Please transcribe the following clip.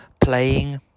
playing